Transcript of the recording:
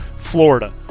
Florida